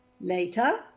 later